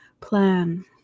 plan